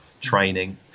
training